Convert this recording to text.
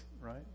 right